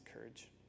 courage